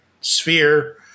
sphere